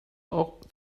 auch